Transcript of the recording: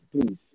Please